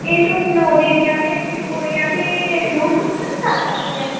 इत्थै नौ देवियां ते शिवखोड़ियां ते दूर दूर नि कश कश गै न